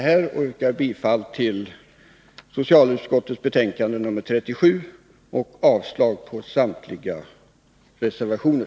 Jag yrkar bifall till socialutskottets hemställan i betänkande nr 37 och avslag på samtliga reservationer.